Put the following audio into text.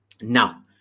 Now